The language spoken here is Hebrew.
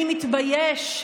אני מתבייש.